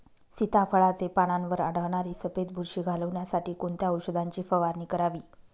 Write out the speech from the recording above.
सीताफळाचे पानांवर आढळणारी सफेद बुरशी घालवण्यासाठी कोणत्या औषधांची फवारणी करावी?